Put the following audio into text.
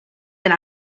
been